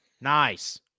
nice